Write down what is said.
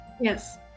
Yes